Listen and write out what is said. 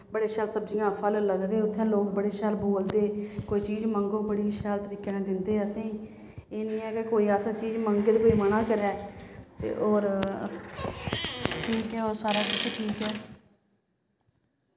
बड़ियां शैल सब्जियां फल लगदे उत्थें लोग बड़े शैल बोलदे कोई चीज़ मंगो बड़ी शैल तरीके नै दिंदे असेंगी एह् नि ऐ कि कोई अस चीज़ मंगगे ते कोई मना करै ते होर ठीक ऐ सारा किश ठीक ऐ